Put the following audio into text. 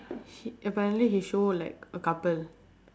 he apparently he show like a couple